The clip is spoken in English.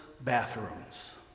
bathrooms